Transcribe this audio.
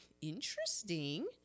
Interesting